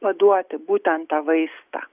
paduoti būtent tą vaistą